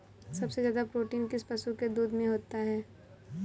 सबसे ज्यादा प्रोटीन किस पशु के दूध में होता है?